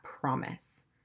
promise